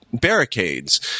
barricades